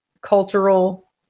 cultural